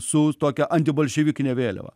su tokia antibolševikine vėliava